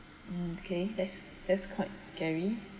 okay that's that's quite scary